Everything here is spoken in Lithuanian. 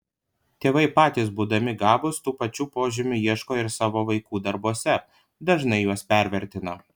tėvai patys būdami gabūs tų pačių požymių ieško ir savo vaikų darbuose dažnai juos pervertina